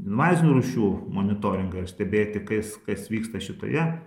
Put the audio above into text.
invazinių rūšių monitoringą stebėti kas kas vyksta šitoje